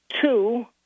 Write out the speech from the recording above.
Two